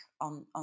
on